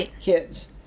kids